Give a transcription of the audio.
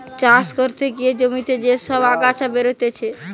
চাষ করতে গিয়ে জমিতে যে সব আগাছা বেরতিছে